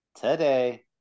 today